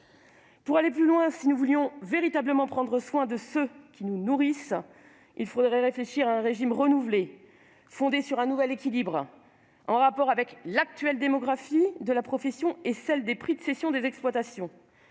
Pour aller plus loin, si nous voulions véritablement prendre soin de ceux qui nous nourrissent, il faudrait réfléchir à un régime renouvelé, fondé sur un nouvel équilibre en rapport avec l'actuelle démographie de la profession et le niveau des prix de cession des exploitations.